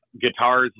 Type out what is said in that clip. guitars